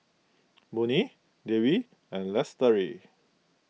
Murni Dewi and Lestari